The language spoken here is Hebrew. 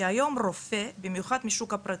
כי היום רופא במיוחד משוק הפרטי,